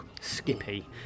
Skippy